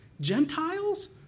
Gentiles